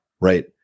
right